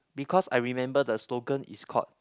because I remember the slogan is called